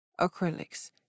Acrylics